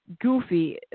goofy